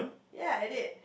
ya I did